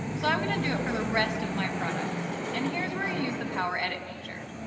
so i'm going to do it for the rest of my products. and here's where you use the power edit feature.